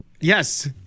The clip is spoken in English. Yes